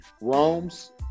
Rome's